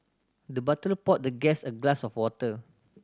the butler poured the guest a glass of water